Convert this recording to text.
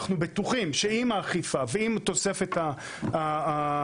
אנחנו בטוחים שעם האכיפה ועם תוספת המכלים.